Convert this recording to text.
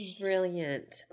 brilliant